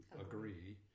agree